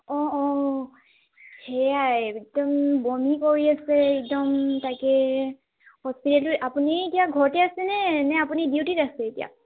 অ অ সেয়াই একদম বমি কৰি আছে একদম তাকে হস্পিতালত আপুনি এতিয়া ঘৰতে আছেনে নে আপুনি ডিউটিত আছে এতিয়া